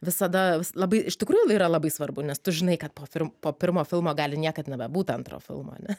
visada labai iš tikrųjų yra labai svarbu nes tu žinai kad po pirm po pirmo filmo gali niekad nebebūt antro filmo ane